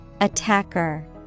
Attacker